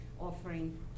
offering